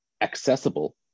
accessible